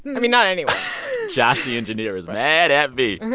i mean, not anyone josh, the engineer, is mad at me